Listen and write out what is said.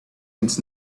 needs